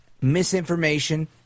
misinformation